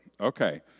okay